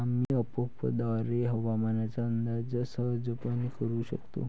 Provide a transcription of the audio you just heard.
आम्ही अँपपद्वारे हवामानाचा अंदाज सहजपणे करू शकतो